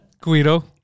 Guido